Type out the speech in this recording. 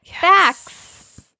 facts